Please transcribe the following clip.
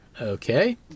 Okay